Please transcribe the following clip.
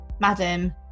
Madam